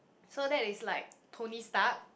so that is like Tony-Stark